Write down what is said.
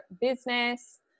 business